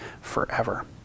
forever